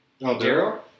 Daryl